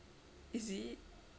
is it